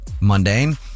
mundane